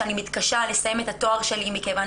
שאני מתקשה לסיים את התואר שלי מכיוון